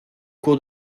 cours